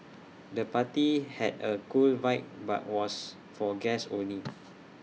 the party had A cool vibe but was for guests only